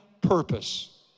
purpose